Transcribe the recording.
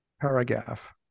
Paragraph